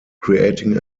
creating